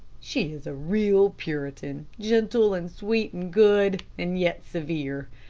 she is a real puritan, gentle, and sweet, and good, and yet severe.